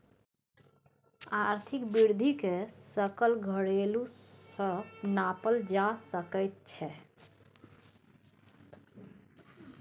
आर्थिक वृद्धिकेँ सकल घरेलू उत्पाद सँ नापल जा सकैत छै